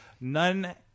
none